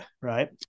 right